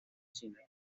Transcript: chinas